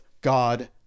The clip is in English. God